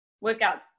Workout